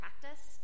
practice